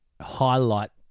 highlight